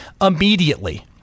immediately